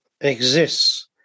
exists